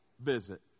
visit